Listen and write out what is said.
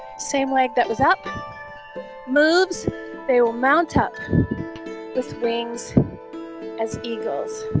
same leg that was up moves they will mount up with wings as eagles